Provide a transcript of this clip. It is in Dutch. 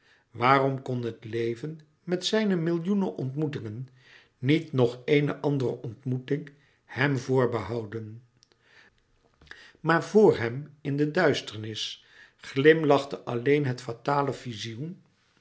waarom kon het leven met zijne millioenen ontmoetingen niet nog éene andere ontmoeting hem voorbehouden maar vor hem in de duisternis glimlachte alleen het fatale vizioen